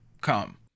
come